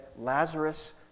Lazarus